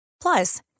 Plus